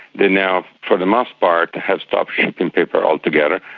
they now for the most part have stopped shipping paper altogether,